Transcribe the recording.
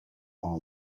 all